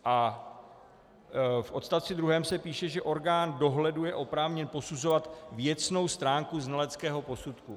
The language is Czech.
A v odstavci druhém se píše, že orgán dohledu je oprávněn posuzovat věcnou stránku znaleckého posudku.